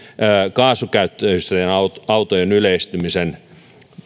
kaasukäyttöisten autojen autojen yleistyminen